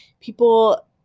People